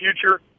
future